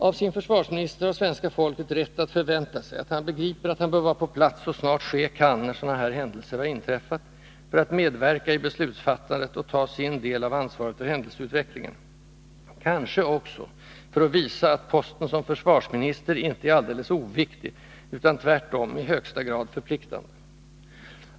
Avsin försvarsminister har svenska folket rätt att förvänta att han begriper att han bör vara på plats så snart ske kan, när sådana här händelser har inträffat, för att medverka i beslutsfattandet och ta sin del av ansvaret för händelseutvecklingen — kanske också för att visa att posten som försvarsminister inte är alldeles oviktig, utan tvärtom i högsta grad förpliktande.